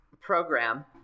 program